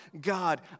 God